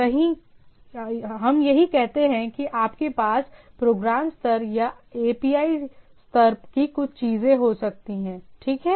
तो हम यही कहते हैं कि आपके पास प्रोग्राम स्तर या एपीआई स्तर की कुछ चीजें हो सकती हैं ठीक है